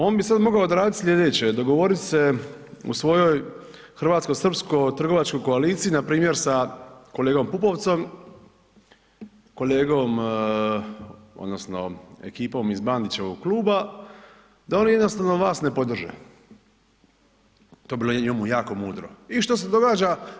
On bi sad mogao odradit sljedeće, dogovorit se u svojoj hrvatsko-srpskoj trgovačkoj koaliciji npr. sa kolegom Pupovcom, kolegom odnosno ekipom iz Bandićevog kluba da oni jednostavno vas ne podrže, to bi bilo njemu jako mudro i što se događa?